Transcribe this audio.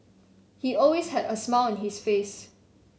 he always had a smile on his face